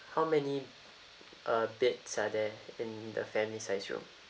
how many uh beds are there in the family size room